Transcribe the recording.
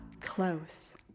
close